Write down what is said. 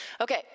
Okay